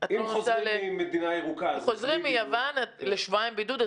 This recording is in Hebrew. אם חוזרים ממדינה ירוקה --- אם חוזרים מיוון לשבועיים בידוד,